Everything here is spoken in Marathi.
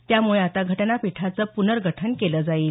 त्यामुळे आता घटनापीठाचं प्नर्गठन केलं जाईल